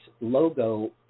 logo